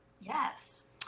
yes